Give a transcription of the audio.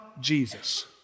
Jesus